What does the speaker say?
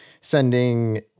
sending